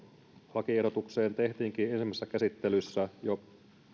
lakiehdotukseen tehtiinkin ensimmäisessä käsittelyssä jo